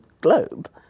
globe